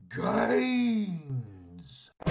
Gains